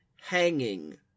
hanging